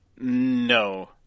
No